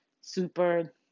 super